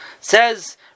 Says